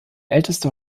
älteste